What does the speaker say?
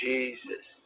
Jesus